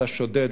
לשודד,